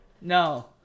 No